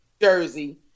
Jersey